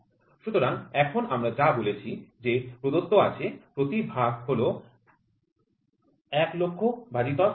সুতরাং এখন আমরা যা বলেছি যে প্রদত্ত আছে প্রতি ভাগ হল ১০০০০০ ভাজিতক ১